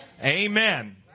Amen